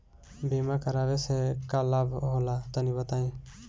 बीमा करावे से का लाभ होला तनि बताई?